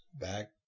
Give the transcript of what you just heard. back